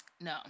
No